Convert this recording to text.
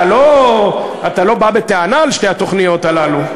אתה לא בא בטענה על שתי התוכניות הללו.